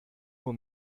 nur